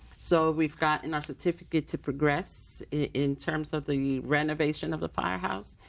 so we've got in our certificate to progress in terms of the renovation of the firehouse.